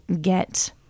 get